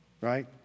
right